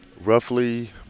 Roughly